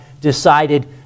decided